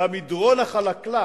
והמדרון החלקלק